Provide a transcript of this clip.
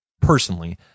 personally